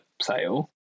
sale